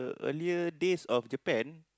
earlier days of Japan